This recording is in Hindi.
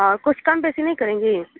कुछ कम पैसे नहीं करेंगे